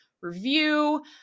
review